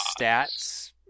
stats